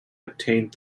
obtained